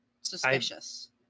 suspicious